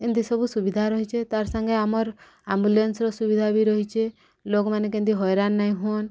ଏମିତି ସବୁ ସୁବିଧା ରହିଛେ ତାର୍ ସାଙ୍ଗେ ଆମର ଆମ୍ବୁଲାନ୍ସର ସୁବିଧା ବି ରହିଛେ ଲୋକମାନେ କେମିତି ହଇରାଣ ନାଇଁ ହୁଅନ୍